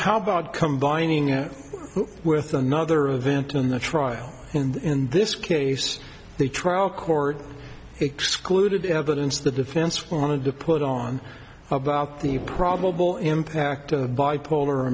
how about combining it with another event in the trial in this case the trial court excluded evidence the defense wanted to put on about the probable impact of bipolar